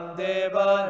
deva